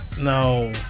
No